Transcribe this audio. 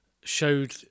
showed